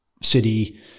city